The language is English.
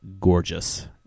gorgeous